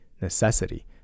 necessity